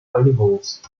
animals